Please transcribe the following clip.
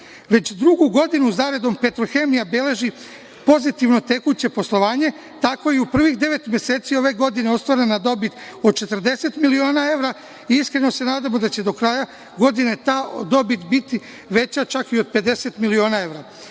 drugu godinu za redom „Petrohemija“ beleži pozitivno tekuće poslovanje. Tako je i u prvih devet meseci ove godine ostvarena dobit od 40 miliona evra, i iskreno se nadamo da će do kraja godine ta dobit veća čak i od 50 miliona